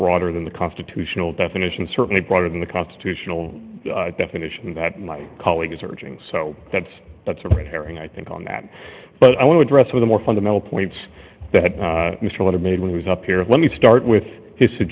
broader than the constitutional definition certainly broader than the constitutional definition that my colleague is urging so that's that's a red herring i think on that but i want to dress with a more fundamental points that mr leonard made when he was up here let me start with his